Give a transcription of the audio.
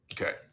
okay